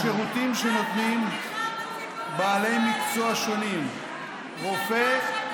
על שירותים שנותנים בעלי מקצוע שונים: רופא,